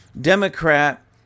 Democrat